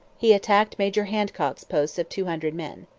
he attacked major handcock's post of two hundred men.